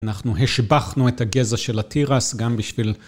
אנחנו השבחנו את הגזע של התירס גם בשביל.